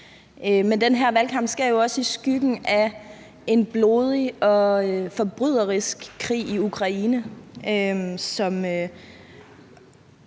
Men den her valgkamp sker jo også i skyggen af en blodig og forbryderisk krig i Ukraine, som